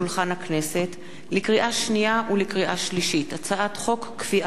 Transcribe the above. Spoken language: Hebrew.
לקריאה שנייה ולקריאה שלישית: הצעת חוק קביעת הזמן (תיקון מס'